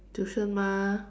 tuition mah